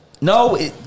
No